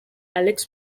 alex